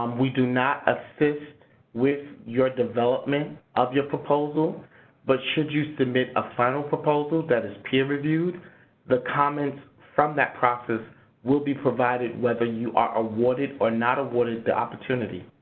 um we do not assist with your development of your proposal but should you submit a final proposal that is peer-reviewed, the comments from that process will be provided whether you are awarded or not awarded the opportunity.